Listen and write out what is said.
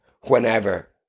whenever